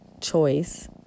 choice